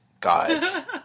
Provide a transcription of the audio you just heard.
God